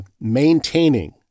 maintaining